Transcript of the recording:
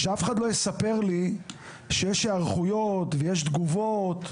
שאף אחד לא יספר לי שיש היערכויות ויש תגובות.